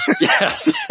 Yes